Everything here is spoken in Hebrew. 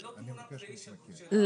זה לא תמונת ראי של ה --- נתי,